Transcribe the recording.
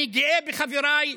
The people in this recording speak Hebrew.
אני גאה בחבריי.